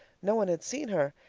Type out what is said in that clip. no one had seen her.